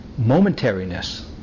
momentariness